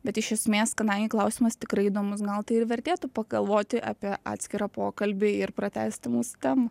bet iš esmės kadangi klausimas tikrai įdomus gal tai ir vertėtų pagalvoti apie atskirą pokalbį ir pratęsti mūsų temą